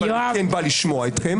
אבל אני כן בא לשמוע אתכם.